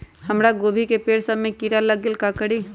हमरा गोभी के पेड़ सब में किरा लग गेल का करी?